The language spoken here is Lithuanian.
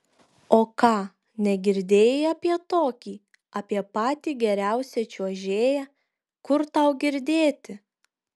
o ką negirdėjai apie tokį apie patį geriausią čiuožėją kur tau girdėti